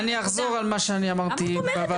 טוב, אני אחזור על מה שאני אמרתי בוועדה הקודמת.